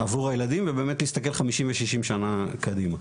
עבור הילדים, ובאמת להסתכל 50, ו- 60 שנה קדימה.